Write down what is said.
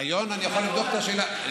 אני לא יודע אם יש ריאיון.